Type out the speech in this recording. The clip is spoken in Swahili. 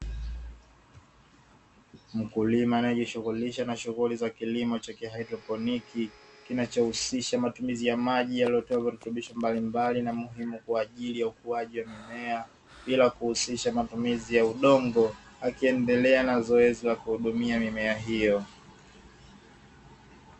Mkulima anayejishughulisha na shughuli za kilimo cha ki "haidroponi" kinachohusisha matumizi ya maji yaliyoteuliwa mbalimbali na muhimu, kwa ajili ya ukuaji wa mimea bila kuhusisha matumizi ya udongo akiendelea na zoezi la kuhudumia mimea hiyo.